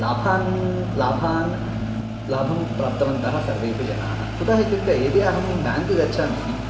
लाभान् लाभान् लाभं प्राप्तवन्तः सर्वेऽपि जनाः कुतः इत्युक्ते यदि अहं बाङ्क् गच्छामि